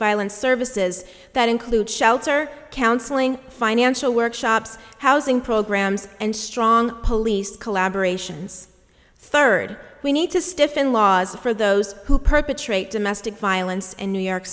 violence services that include shelter counseling financial workshops housing programs and strong police collaboration third we need to stiffen laws for those who perpetrate domestic violence and new york